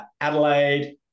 Adelaide